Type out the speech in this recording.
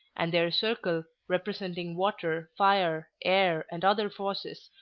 and their circle, representing water, fire, air, and other forces,